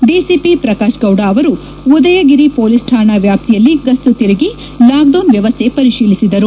DCP Prakash Gowda ಅವರು Udayagiri police ಕಾಣಾ ವ್ಯಾಪ್ತಿಯಲ್ಲಿ ಗಸ್ತು ತಿರುಗಿ ಲಾಕ್ಡೌನ್ ವ್ಲವಸ್ಗೆ ಪರಿತೀಲಿಸಿದರು